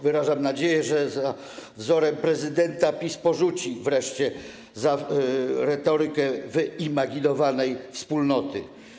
Wyrażam nadzieję, że za wzorem prezydenta PiS porzuci wreszcie retorykę wyimaginowanej wspólnoty.